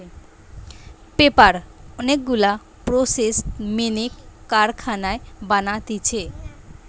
paper অনেক গুলা process মেনে কারখানায় বানাতিছে